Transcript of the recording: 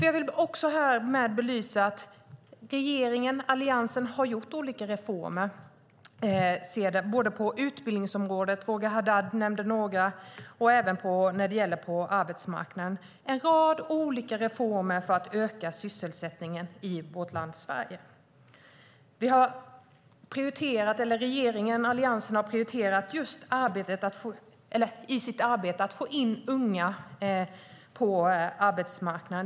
Jag vill också belysa att regeringen och Alliansen har gjort olika reformer på utbildningsområdet - Roger Haddad nämnde några - och även när det gäller arbetsmarknaden. Det är en rad olika reformer för att öka sysselsättningen i vårt land, Sverige. Regeringen och Alliansen har i sitt arbete prioriterat att få in unga på arbetsmarknaden.